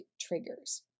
triggers